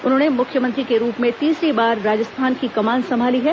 उन्होंने मुख्यमंत्री के रूप में तीसरी बार राजस्थान की कमान संभाली है